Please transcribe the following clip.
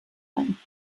ein